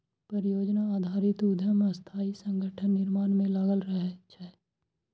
परियोजना आधारित उद्यम अस्थायी संगठनक निर्माण मे लागल रहै छै